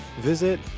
visit